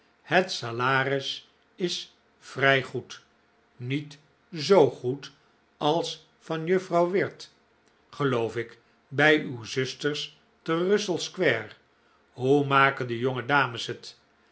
het salaris is vrij goed niet zoo goed als van juffrouw wirt geloof ik bij uw zusters te russell square hoe maken de jonge dames het